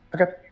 Okay